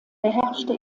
beherrschte